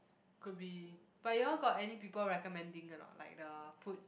could be but you all got any people recommending or not like the food